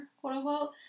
quote-unquote